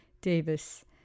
Davis